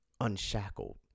unshackled